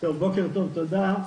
בוקר טוב, תודה.